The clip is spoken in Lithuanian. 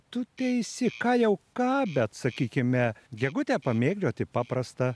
tu teisi ką jau ką bet sakykime gegutę pamėgdžioti paprasta